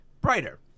brighter